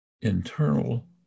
internal